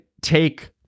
take